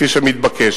כפי שמתבקש.